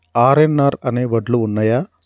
RNR అనే వడ్లు ఉన్నయా?